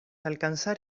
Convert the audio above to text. alcanzar